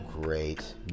great